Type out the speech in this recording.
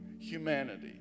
humanity